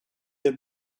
her